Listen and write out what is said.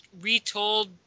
retold